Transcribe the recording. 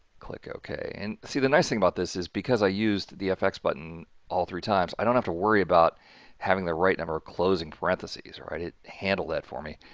click ok. and see, the nice thing about this is because i used the fx button all three times i don't have to worry about having the right number of closing parentheses or i did handle that for me.